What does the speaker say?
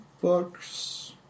books